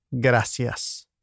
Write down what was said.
gracias